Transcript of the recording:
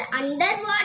underwater